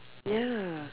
ya